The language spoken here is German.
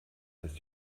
ist